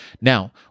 Now